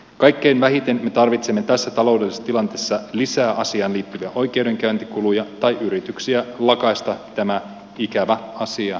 kaikkein vähiten me tarvitsemme tässä taloudellisessa tilanteessa lisää asiaan liittyviä oikeudenkäyntikuluja tai yrityksiä lakaista tämä ikävä asia maton alle